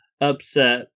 upset